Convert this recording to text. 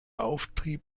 auftrieb